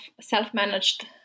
self-managed